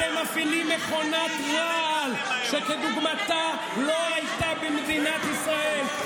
אתם מפעילים מכונת רעל שכדוגמתה לא הייתה במדינת ישראל,